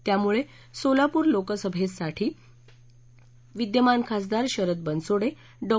त्यामुळे सोलापूर लोकसभेसाठी विद्यमान खासदार शरद बनसोडे डॉ